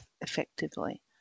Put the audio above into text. effectively